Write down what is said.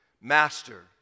Master